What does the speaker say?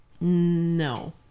No